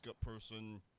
person